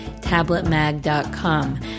tabletmag.com